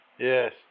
Yes